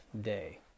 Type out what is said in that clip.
day